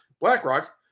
BlackRock